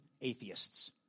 atheists